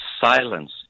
silence